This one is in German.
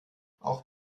auch